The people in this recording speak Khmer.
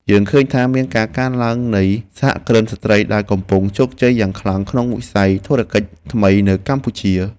យើងឃើញថាមានការកើនឡើងនៃសហគ្រិនស្ត្រីដែលកំពុងជោគជ័យយ៉ាងខ្លាំងក្នុងវិស័យធុរកិច្ចថ្មីនៅកម្ពុជាយើង។